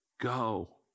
Go